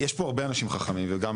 יש פה הרבה אנשים חכמים וגם,